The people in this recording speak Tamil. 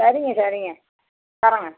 சரிங்க சரிங்க தரேங்க